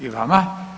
I vama.